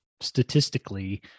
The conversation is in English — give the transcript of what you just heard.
statistically